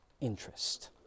interest